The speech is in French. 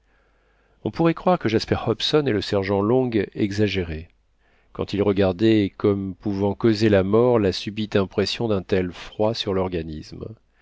on pourrait croire que jasper hobson et le sergent long exagéraient quand ils regardaient comme pouvant causer la mort la subite impression d'un tel froid sur l'organisme